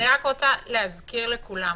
אני רק רוצה להזכיר לכולם,